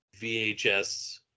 VHS